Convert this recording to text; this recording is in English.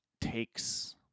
takes